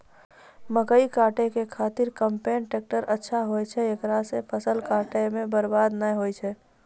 मकई काटै के खातिर कम्पेन टेकटर अच्छा होय छै ऐकरा से फसल काटै मे बरवाद नैय होय छै?